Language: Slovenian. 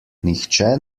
nihče